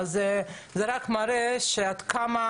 זה רק מראה עד כמה